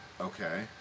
Okay